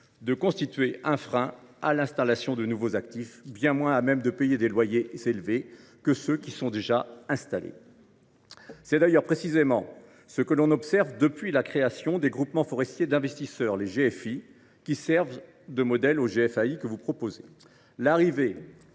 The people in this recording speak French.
de constituer un frein à l’installation de nouveaux actifs, bien moins à même de payer des loyers élevés que ceux qui sont déjà installés. C’est d’ailleurs précisément ce que l’on observe depuis la création des groupements forestiers d’investissement, qui servent de modèle aux GFAI que vous proposez. L’arrivée